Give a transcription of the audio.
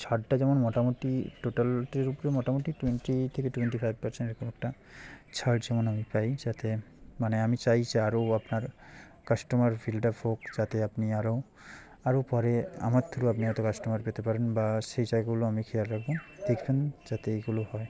ছাড়টা যেমন মোটামুটি টোটালটার ওপরে মোটামুটি টোয়েন্টি থেকে টোয়েন্টি ফাইভ পারসেন্ট এরকম একটা ছাড় যেমন আমি পাই যাতে মানে আমি চাই যে আরও আপনার কাস্টমার ফিল্ড আপ হোক যাতে আপনি আরও আরও পরে আমার থ্রু আপনি হয়তো কাস্টমার পেতে পারেন বা সেই জায়গাগুলো আমি খেয়াল রাখবো দেখবেন যাতে এইগুলো হয়